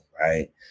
right